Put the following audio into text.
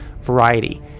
variety